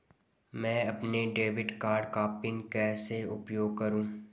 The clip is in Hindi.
मैं अपने डेबिट कार्ड का पिन कैसे उपयोग करूँ?